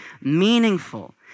meaningful